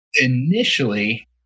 Initially